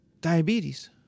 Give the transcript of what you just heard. diabetes